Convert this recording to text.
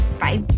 Bye